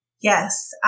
Yes